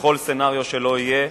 לכל תרחיש שלא יהיה,